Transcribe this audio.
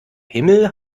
himmel